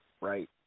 right